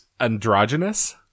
androgynous